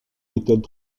méthodes